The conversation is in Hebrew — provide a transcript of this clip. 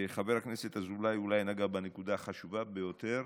חבר הכנסת אזולאי נגע אולי בנקודה החשובה ביותר,